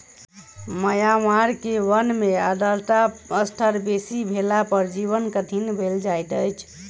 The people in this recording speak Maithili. म्यांमार के वन में आर्द्रता स्तर बेसी भेला पर जीवन कठिन भअ जाइत अछि